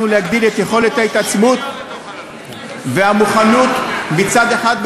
להגדיל את יכולת ההתעצמות והמוכנות מצד אחד,